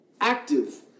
Active